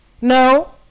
no